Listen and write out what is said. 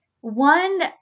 One